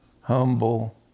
humble